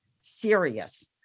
serious